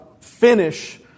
finish